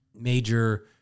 Major